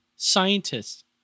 scientists